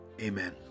Amen